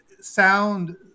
sound